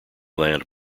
land